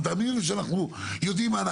מי שאמר,